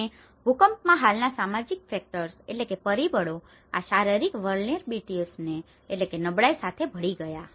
અને ભૂકંપમાં હાલના સામાજિક ફેક્ટર્સ factors પરિબળો આ શારીરિક વલનેરબીલીટીસઓ vulnerabilities નબળાઈ સાથે ભળી ગયા